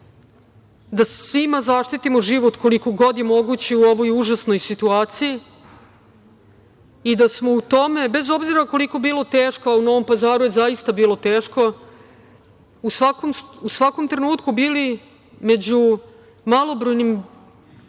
da svima zaštitimo život koliko god je moguće u ovoj užasnoj situaciji i da smo u tome, bez obzira koliko bilo teško.U Novom Pazaru je zaista bilo teško, u svakom trenutku smo bili među malobrojnim